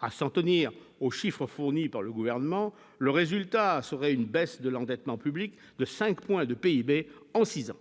à s'en tenir aux chiffres fournis par le gouvernement, le résultat serait une baisse de l'endettement public de 5 points de PIB en 6 ans,